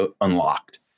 unlocked